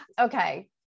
Okay